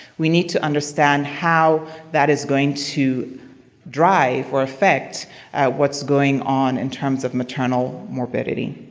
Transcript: we need to understand how that is going to drive or affect what's going on in terms of maternal morbidity.